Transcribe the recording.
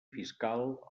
fiscal